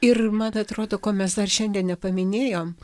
ir man atrodo ko mes dar šiandien nepaminėjom